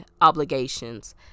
obligations